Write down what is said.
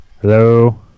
Hello